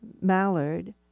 mallard